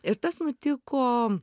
ir tas nutiko